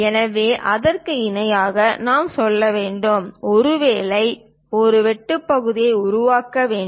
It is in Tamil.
எனவே அதற்கு இணையாக நாம் செல்ல வேண்டும் ஒருவேளை ஒரு வெட்டு பகுதியை உருவாக்க வேண்டும்